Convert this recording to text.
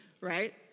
Right